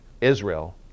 Israel